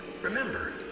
Remember